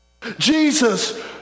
Jesus